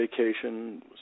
vacation